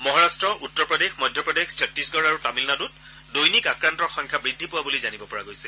মহাৰট্ট উত্তৰ প্ৰদেশ মধ্যপ্ৰদেশ ছট্টিশগড় আৰু তামিলনাডুত দৈনিক আক্ৰান্তৰ সংখ্যা বৃদ্ধি পোৱা বুলি জানিব পৰা গৈছে